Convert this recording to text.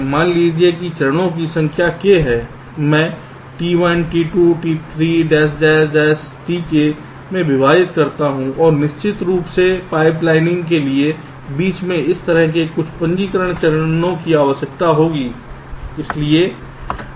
मान लीजिए कि के चरणों की संख्या k है मैं T1 T2 T3 Tk में विभाजित करता हूं और निश्चित रूप से पाइपलाइनिंग के लिए बीच में इस तरह के कुछ पंजीकृत चरणों की आवश्यकता होगी